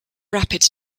rapid